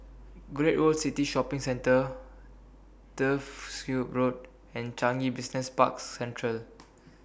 Great World City Shopping Center Turfs Ciub Road and Changi Business Park Central